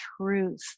truth